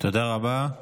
תודה רבה.